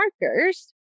markers